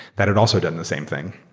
that it also done the same thing.